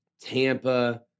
Tampa